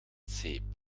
zeep